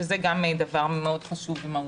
שזה גם דבר מאוד חשוב ומהותי.